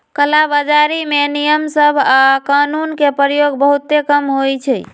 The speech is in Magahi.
कला बजारी में नियम सभ आऽ कानून के प्रयोग बहुते कम होइ छइ